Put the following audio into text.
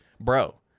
Bro